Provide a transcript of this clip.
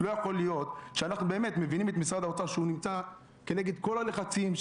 אנחנו מבינים את משרד האוצר שעומד כנגד כל הלחצים,